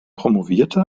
promovierte